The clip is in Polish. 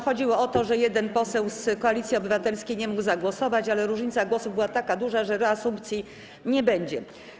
Chodziło o to, że jeden poseł z Koalicji Obywatelskiej nie mógł zagłosować, ale różnica głosów była tak duża, że reasumpcji nie będzie.